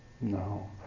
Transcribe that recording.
No